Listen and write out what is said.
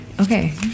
okay